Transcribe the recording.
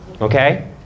okay